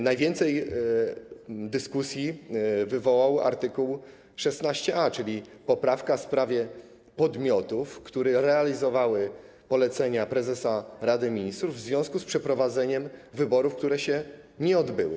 Najwięcej dyskusji wywołał art. 16a, czyli poprawka w sprawie podmiotów, które realizowały polecenia prezesa Rady Ministrów w związku z przeprowadzeniem wyborów, które się nie odbyły.